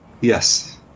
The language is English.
Yes